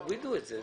תורידו את זה.